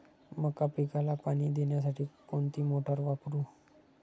मका पिकाला पाणी देण्यासाठी कोणती मोटार वापरू?